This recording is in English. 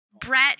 brett